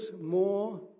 more